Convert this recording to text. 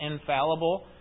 infallible